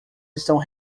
estão